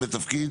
בבקשה.